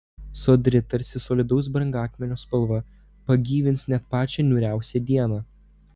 sodri tarsi solidaus brangakmenio spalva pagyvins net pačią niūriausią dieną